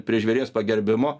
prie žvėries pagerbimo